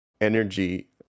energy